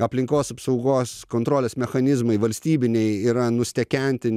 aplinkos apsaugos kontrolės mechanizmai valstybiniai yra nustekenti